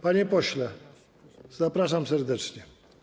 Panie pośle, zapraszam serdecznie.